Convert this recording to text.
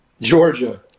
Georgia